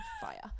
Fire